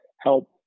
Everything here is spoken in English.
help